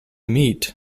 meet